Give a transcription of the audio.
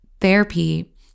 therapy